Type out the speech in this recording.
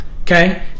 okay